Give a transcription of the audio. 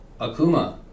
Akuma